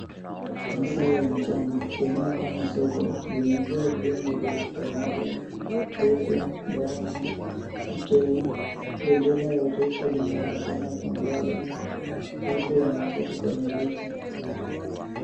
Masaa ya mchana, eneo kama soko limejaa vyombo vya kitamaduni. Leso, ngoma, uteo, bendera refu linaonekana kwa mbali. Watu wameketi kwenye viti.